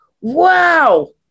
Wow